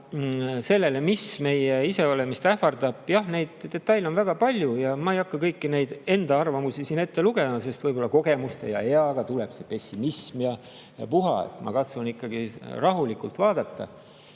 sellele, mis meie iseolemist ähvardab, jah, neid detaile on väga palju ja ma ei hakka kõiki neid enda arvamusi siin ette lugema, sest võib-olla kogemuste ja eaga tuleb see pessimism ja puha. Ma katsun ikkagi rahulikult vaadata. Aga